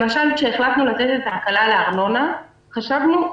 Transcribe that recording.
למשל כשהחלטנו לתת הקלה בארנונה חשבנו,